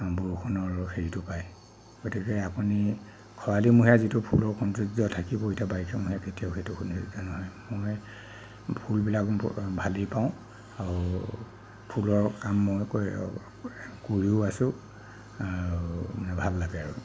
বৰষুণৰ হেৰিটো পাই গতিকে আপুনি খৰালিমহীয়া যিটো ফুলৰ সৌন্দৰ্য থাকিব এতিয়া বাৰিষামহীয়া কেতিয়াও সেইটো সৌন্দৰ্য নহয় মই ফুলবিলাক ভালেই পাওঁ আৰু ফুলৰ কাম মই কৰি কৰিও আছো আৰু মানে ভাল লাগে আৰু মানে